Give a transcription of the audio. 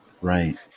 Right